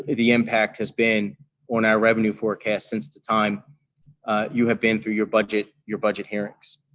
the impact has been on our revenue forecast since the time you have been through your budget your budget hearings.